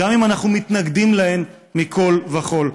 גם אם אנחנו מתנגדים להם מכול וכול.